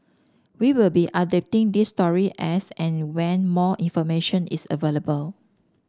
we will be updating this story as and when more information is available